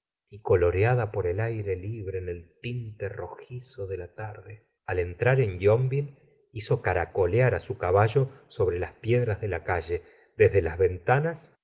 y coloreada por el aire libre en el tinte rojizo de la tarde al entrar en yonville hizo caracolear su caballo kiobre las piedras de la calle desde las ventanas